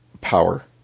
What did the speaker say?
power